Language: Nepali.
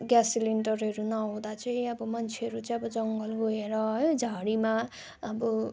ग्यास सिलिन्डरहरू नहुँदा चाहिँ अब मान्छेहरू चाहिँ अब जङ्गल गएर है झरीमा अब